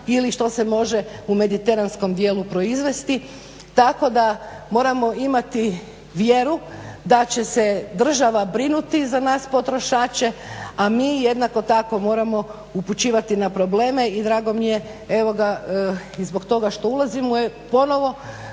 ili što se može u mediteranskom dijelu proizvesti. Tako da moramo imati vjeru da će se država brinuti za nas potrošače a mi jednako tako moramo upućivati na probleme. I drago mi je evo ga i zbog toga što ulazimo ponovo